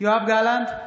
יואב גלנט,